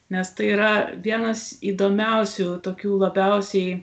nes tai yra vienas įdomiausių tokių labiausiai